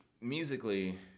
Musically